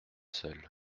seul